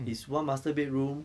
is one master bedroom